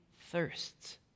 thirsts